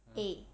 a